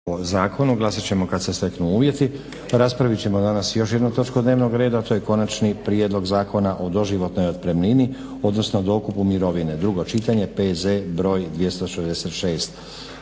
**Stazić, Nenad (SDP)** Raspraviti ćemo danas još jednu točku dnevnog reda. To je - Konačni prijedlog zakona o doživotnoj otpremnini, odnosno dokupu mirovine, drugo čitanje, PZ br. 266